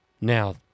Now